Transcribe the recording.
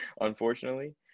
unfortunately